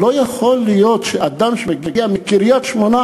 לא יכול להיות שאדם יגיע מקריית-שמונה